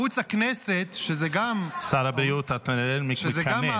שר הבריאות, אתה נראה לי מקנא.